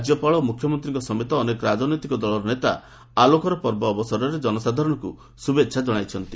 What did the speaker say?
ରାଜ୍ୟପାଳ ମୁଖ୍ୟମନ୍ତ୍ରୀଙ୍କ ସମେତ ଅନେକ ରାଜନୈତିକ ଦଳର ନେତା ଆଲୋକର ପର୍ବ ଅବସରରେ ଜନସାଧାରଣଙ୍କୁ ଶୁଭେଚ୍ଛା ଜଣାଇଛନ୍ତି